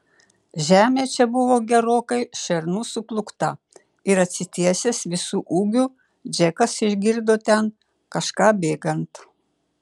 žemė čia buvo gerokai šernų suplūkta ir atsitiesęs visu ūgiu džekas išgirdo ten kažką bėgant